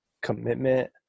commitment